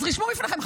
אז רשמו בפניכם,